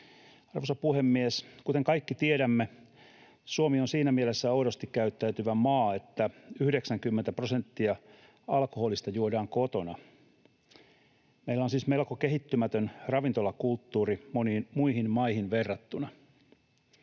Arvoisa puhemies! Kuten kaikki tiedämme, Suomi on siinä mielessä oudosti käyttäytyvä maa, että 90 prosenttia alkoholista juodaan kotona. Meillä on siis melko kehittymätön ravintolakulttuuri moniin muihin maihin verrattuna.